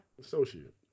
Associate